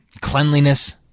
cleanliness